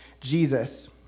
Jesus